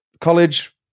college